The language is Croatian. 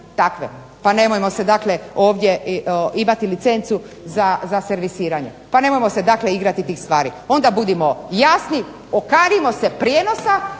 takve. Pa nemojmo se dakle ovdje, imati licencu za servisiranje, pa nemojmo se dakle igrati tih stvari. Onda budimo jasni, okanimo se prijenosa